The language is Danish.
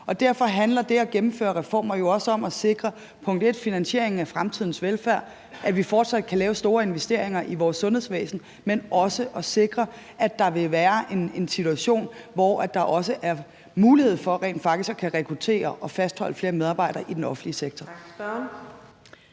Derfor handler det at gennemføre reformer jo også om at sikre finansieringen af fremtidens velfærd – at vi fortsat kan lave store investeringer i vores sundhedsvæsen – men også at sikre, at der vil være en situation, hvor der er mulighed for rent faktisk at kunne rekruttere og fastholde flere medarbejdere i den offentlige sektor.